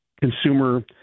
consumer